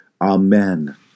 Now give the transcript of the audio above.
Amen